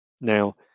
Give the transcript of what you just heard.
now